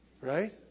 Right